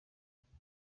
nk’ibi